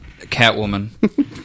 Catwoman